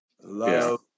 love